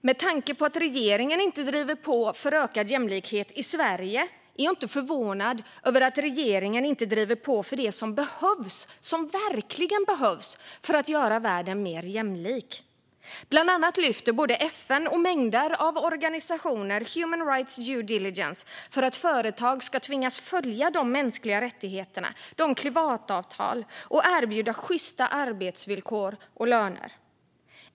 Med tanke på att regeringen inte driver på för ökad jämlikhet i Sverige är jag inte förvånad över att regeringen inte driver på för det som verkligen behövs för att göra världen mer jämlik. Bland annat lyfter både FN och mängder av organisationer human rights due diligence för att företag ska tvingas följa de mänskliga rättigheterna och klimatavtal och erbjuda sjysta arbetsvillkor och löner.